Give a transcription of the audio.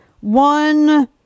one